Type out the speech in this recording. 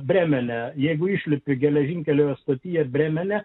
brėmene jeigu išlipi geležinkelio stotyje brėmene